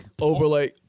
Overlay